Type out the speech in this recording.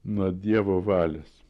nuo dievo valios